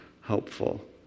helpful